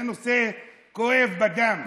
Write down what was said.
זה נושא כואב בדם.